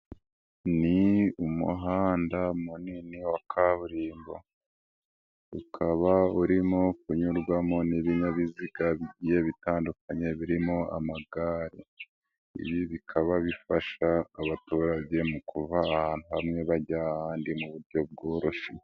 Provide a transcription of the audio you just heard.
Ni umuhanda munini wa kaburimbo, ukaba urimo kunyurwamo n'ibinyabiziga bitandukanye, birimo amagare. Ibi bikaba bifasha abaturage mu kuva ahantu hamwe bajya ahandi mu buryo bworoshye.